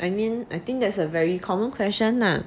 I mean I think that's a very common question lah